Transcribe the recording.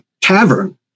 tavern